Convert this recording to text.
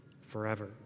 forever